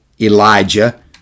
Elijah